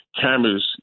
cameras